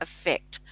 effect